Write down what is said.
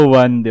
one